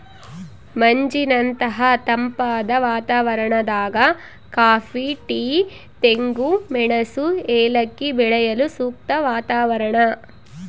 ಮಂಜಿನಂತಹ ತಂಪಾದ ವಾತಾವರಣದಾಗ ಕಾಫಿ ಟೀ ತೆಂಗು ಮೆಣಸು ಏಲಕ್ಕಿ ಬೆಳೆಯಲು ಸೂಕ್ತ ವಾತಾವರಣ